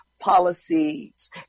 policies